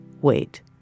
wait